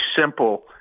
simple